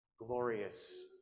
glorious